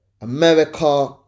America